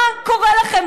מה קורה לכם?